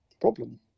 problem